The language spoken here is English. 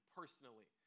personally